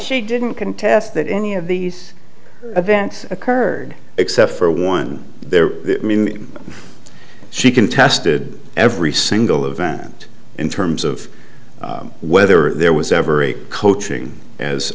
she didn't contest that any of these events occurred except for one there i mean she contested every single event in terms of whether there was ever a coaching as